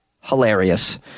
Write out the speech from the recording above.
hilarious